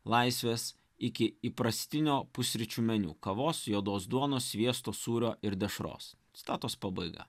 laisvės iki įprastinio pusryčių meniu kavos juodos duonos sviesto sūrio ir dešros citatos pabaiga